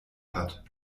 hat